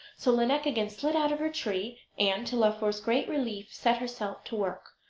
so lineik again slid out of her tree, and, to laufer's great relief, set herself to work.